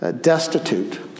destitute